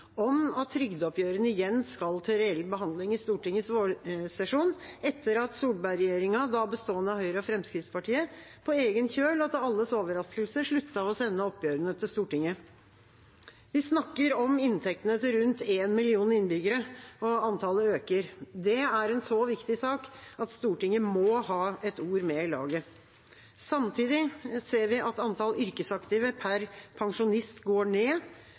om at trygdeoppgjørene igjen skal til reell behandling i Stortingets vårsesjon, etter at Solberg-regjeringa – da bestående av Høyre og Fremskrittspartiet – på egen kjøl og til alles overraskelse sluttet å sende oppgjørene til Stortinget. Vi snakker om inntektene til rundt én million innbyggere, og antallet øker. Det er en så viktig sak at Stortinget må ha et ord med i laget. Samtidig ser vi at antallet yrkesaktive per pensjonist går ned.